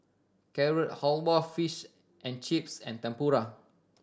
Carrot Halwa Fish and Chips and Tempura